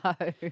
No